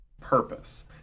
purpose